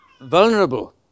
vulnerable